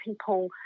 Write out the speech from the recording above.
people